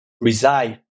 reside